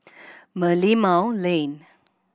Merlimau Lane